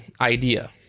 idea